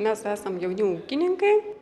mes esam jauni ūkininkai